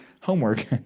Homework